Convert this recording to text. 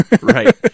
Right